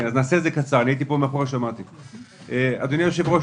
אדוני היושב-ראש,